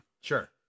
Sure